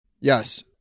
Yes